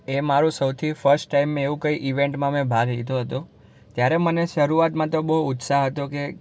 એ મારું સૌથી first time મેં એવું કંઈ ઈવેન્ટમાં મેં ભાગ લીધો હતો ત્યારે મને શરૂઆતમાં તો બહુ ઉત્સાહ હતો કે